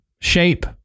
shape